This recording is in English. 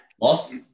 Lost